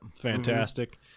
Fantastic